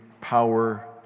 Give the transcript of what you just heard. power